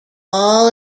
all